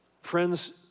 Friends